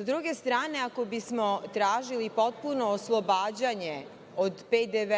druge stranke, ako bismo tražili potpuno oslobađanje od PDV